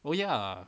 oh ya